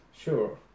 Sure